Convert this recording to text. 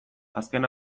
azken